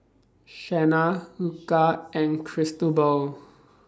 Shanna Luca and Cristobal